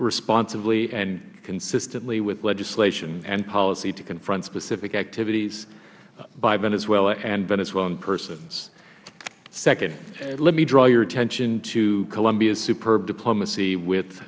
responsibly and consistently with legislation and policy to confront specific activities by venezuela and venezuelan persons second let me draw your attention to colombia's superb diplomacy with